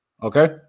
Okay